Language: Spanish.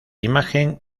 imagen